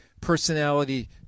personality